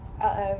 uh I'm